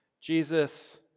Jesus